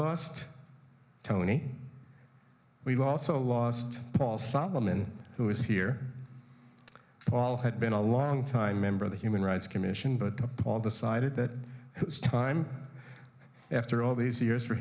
lost tony we've also lost paul solomon who is here paul had been a long time member of the human rights commission but paul decided that it was time after all these years for